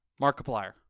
Markiplier